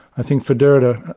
i think for derrida,